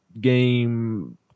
game